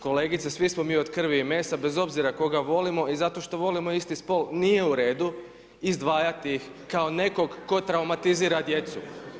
Kolegice svi smo mi od krvi i mesa bez obzira koga volimo i zato što volimo isti spol nije u redu izdvajati ih kao nekog tko traumatizira djecu.